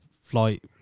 flight